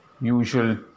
usual